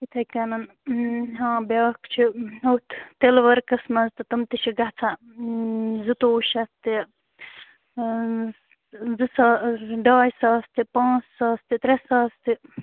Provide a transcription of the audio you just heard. یِتھٕے کٔنۍ ہاں بیٛاکھ چھ نوٚٹ تِلہٕ ؤرکَس مَنٛز تہِ تِم تہِ چھِ گَژھان زٕتوٚوُہ شتھ تہِ زٕ ساس ڈاے ساس تہِ پانٛژھ ساس تہِ ترٛےٚ ساس تہِ